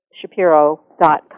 Shapiro.com